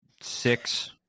six